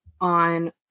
on